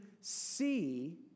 see